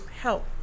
help